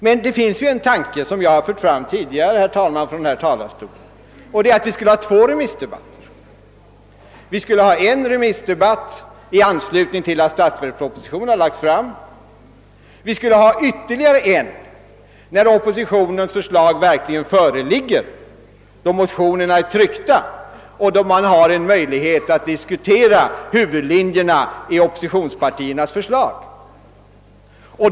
Men det finns en tanke som jag har fört fram tidigare från denna talarstol: Vi kan ha två remissdebatter, en i anslutning till att statsverkspropositionen läggs fram och ytterligare en när oppositionens förslag föreligger, då motionerna är tryckta och då man har möjlighet att diskutera huvudlinjerna i oppositionspartiernas förslag.